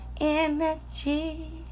energy